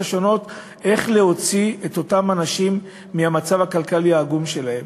איך להוציא את אותם אנשים מהמצב הכלכלי העגום שלהם.